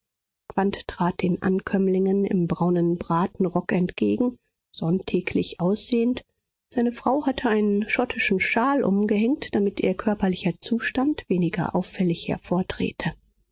trat den ankömmlingen im braunen bratenrock entgegen sonntäglich aussehend seine frau hatte einen schottischen schal umgehängt damit ihr körperlicher zustand weniger auffällig